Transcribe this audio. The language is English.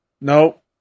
Nope